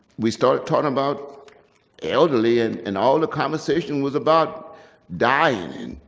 we started talking about elderly, and and all the conversation was about dying,